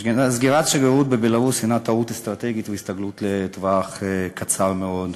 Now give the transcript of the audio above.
סגירת השגרירות בבלרוס היא טעות אסטרטגית והסתכלות לטווח קצר מאוד.